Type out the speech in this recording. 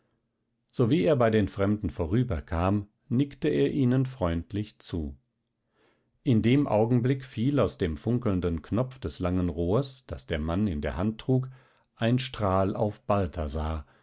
sowie er bei den fremden vorüberkam nickte er ihnen freundlich zu in dem augenblick fiel aus dem funkelnden knopf des langen rohrs das der mann in der hand trug ein strahl auf balthasar